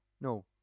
No